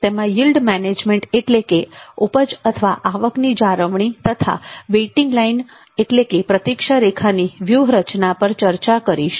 તેમાં yield management એટલે ઉપજઆવક ની જાળવણી તથા વેઈટીંગ લાઈન એટલે પ્રતીક્ષા રેખાની વ્યૂહરચના પર ચર્ચા કરીશું